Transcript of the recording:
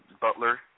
Butler